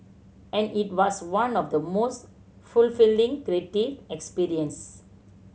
and it was one of the most fulfilling creative experience